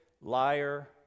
liar